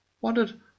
wondered